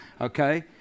Okay